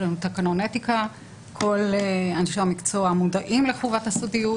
יש לנו תקנון אתיקה וכל אנשי המקצוע מודעים לחובת הסודיות.